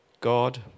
God